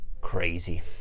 Crazy